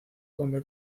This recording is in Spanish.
donde